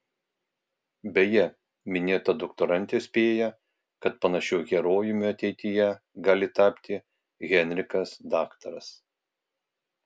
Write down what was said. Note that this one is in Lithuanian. beje minėta doktorantė spėja kad panašiu herojumi ateityje gali tapti henrikas daktaras